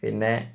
പിന്നെ